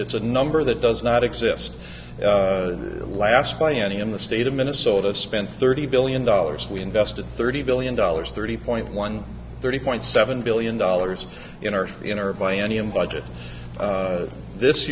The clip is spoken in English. it's a number that does not exist last by any in the state of minnesota spent thirty billion dollars we invested thirty billion dollars thirty point one thirty point seven billion dollars in our